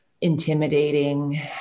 intimidating